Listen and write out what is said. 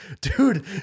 Dude